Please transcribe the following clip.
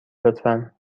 لطفا